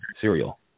cereal